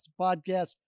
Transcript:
podcast